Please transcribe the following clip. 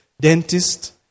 dentist